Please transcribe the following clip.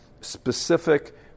specific